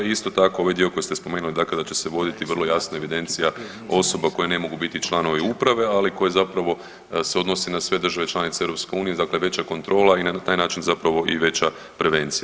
A isto tako ovaj dio koji ste spomenuli da će se voditi vrlo jasna evidencija osoba koje ne mogu biti članovi uprave, ali koji zapravo se odnosi na sve države članice EU dakle veća kontrola i na taj način i veća prevencija.